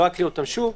לא אקריא אותם שוב,